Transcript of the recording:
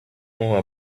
more